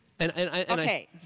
Okay